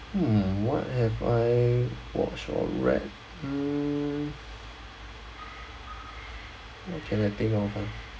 hmm what have I watched or read um okay let me think over